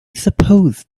suppose